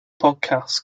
podcast